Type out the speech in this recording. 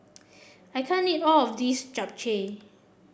I can't eat all of this Japchae